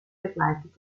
begleitet